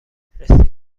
رسید